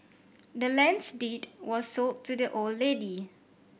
the land's deed was sold to the old lady